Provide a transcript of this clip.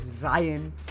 Ryan